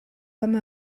comme